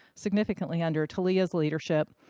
significantly under talea's leadership,